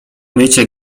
mycie